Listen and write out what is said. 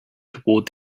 toward